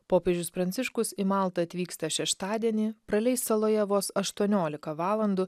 popiežius pranciškus į maltą atvyksta šeštadienį praleis saloje vos aštuoniolika valandų